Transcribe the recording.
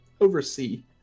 oversee